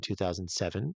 2007